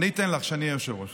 אני אתן לך כשאני אהיה יושב-ראש.